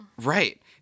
Right